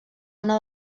una